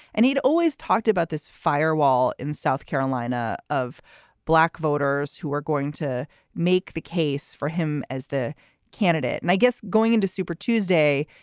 and he'd always talked about this firewall in south carolina of black voters who are going to make the case for him as the candidate. and i guess going into super tuesday,